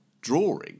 Drawing